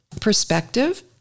perspective